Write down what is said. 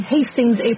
Hastings